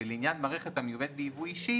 ולעניין מערכת המיובאת בייבוא אישי